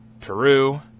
Peru